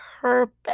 purpose